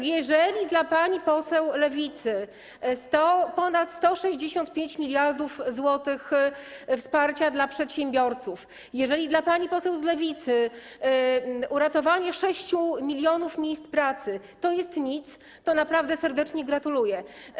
Pani poseł, jeżeli dla pani poseł z Lewicy ponad 165 mld zł wsparcia dla przedsiębiorców, jeżeli dla pani poseł z Lewicy uratowanie 6 mln miejsc pracy to jest nic, to naprawdę serdecznie gratuluję.